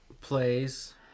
plays